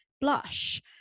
blush